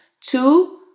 two